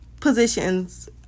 positions